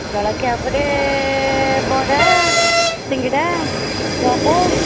ଜଳଖିଆ ଉପରେ ବରା ସିଙ୍ଗଡ଼ା ଚପ